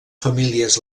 famílies